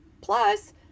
Plus